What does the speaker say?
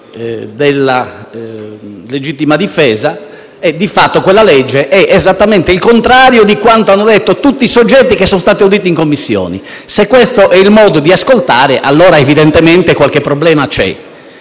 di legittima difesa. Di fatto, quella legge è esattamente il contrario di quanto hanno detto tutti i soggetti auditi in Commissione. Se questo è il modo di ascoltare, evidentemente qualche problema c'è.